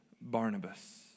Barnabas